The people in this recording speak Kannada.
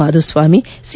ಮಾಧುಸ್ವಾಮಿ ಸಿ